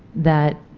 that